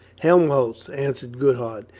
helmholtz, answered goodhart,